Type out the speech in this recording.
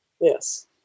Yes